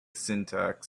syntax